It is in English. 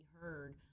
heard